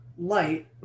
light